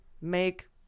make